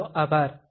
તમારો આભાર